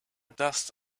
dust